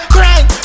Crank